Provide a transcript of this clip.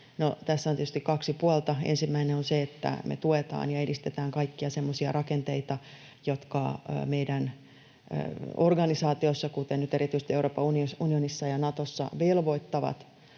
tietysti kaksi puolta. Ensimmäinen on se, että me tuetaan ja edistetään kaikkia semmoisia rakenteita, jotka meidän organisaatioissamme, kuten nyt erityisesti Euroopan unionissa ja Natossa, velvoittavat